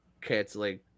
canceling